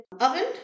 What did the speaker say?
oven